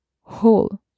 whole